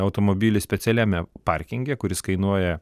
automobilį specialiame parkinge kuris kainuoja